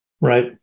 Right